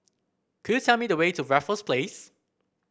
could you tell me the way to Raffles Place